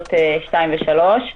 לנקודות 2 ו-3.